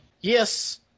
yes